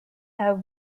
have